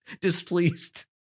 displeased